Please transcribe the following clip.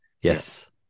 Yes